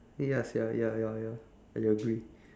eh ya sia ya ya ya I agree